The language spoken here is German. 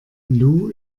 lou